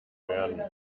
werden